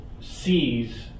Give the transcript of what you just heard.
sees